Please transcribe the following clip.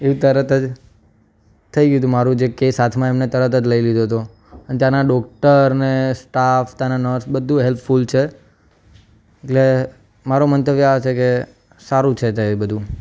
એ તરત જ થઈ ગયું હતું મારૂં જે કેસ હાથમાં એમને તરત જ લઈ લીધો હતો અને ત્યાંના ડૉક્ટર ને સ્ટાફ ત્યાંના નર્સ બધુ હેલ્પફુલ છે એટલે મારો મંતવ્ય આ છે કે સારું છે તે એ બધુ